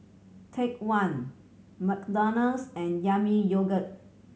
Take One McDonald's and Yami Yogurt